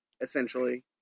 essentially